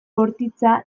bortitza